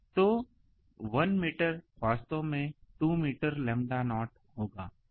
तो 1 मीटर वास्तव में 2 मीटर लैम्ब्डा नॉट होगा